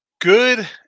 good